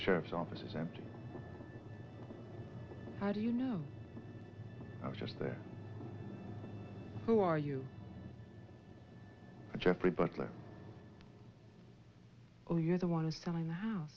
sheriff's offices empty how do you know i was just there who are you jeffrey butler oh you're the one is selling the house